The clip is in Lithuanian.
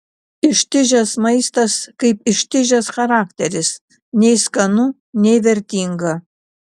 ištižęs maistas kaip ištižęs charakteris nei skanu nei vertinga